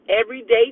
everyday